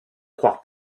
croire